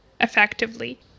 effectively